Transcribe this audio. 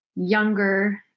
younger